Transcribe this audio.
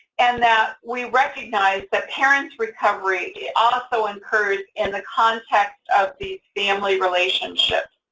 and that we recognize that parents' recovery also incurs in the context of the family relationship,